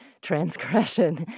transgression